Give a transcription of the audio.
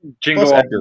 Jingle